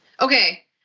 Okay